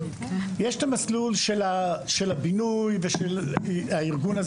יש את המסלול של הבינוי ושל הארגון,